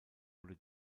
oder